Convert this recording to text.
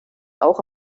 auch